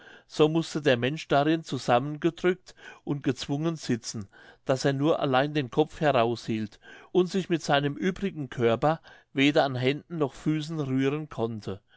so mußte der mensch darin zusammengedrückt und gezwungen sitzen daß er nur allein den kopf heraushielt und sich mit seinem übrigen körper weder an händen noch füßen rühren konnte